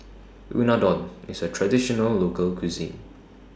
Unadon IS A Traditional Local Cuisine